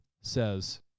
says